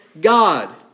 God